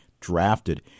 Drafted